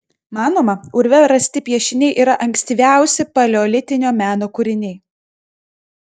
manoma urve rasti piešiniai yra ankstyviausi paleolitinio meno kūriniai